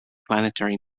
planetary